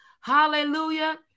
Hallelujah